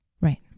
Right